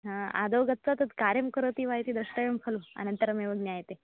हा आदौ गत्वा तत् कार्यं करोति वा इति दृष्टव्यं खलु अनन्तरमेव ज्ञायते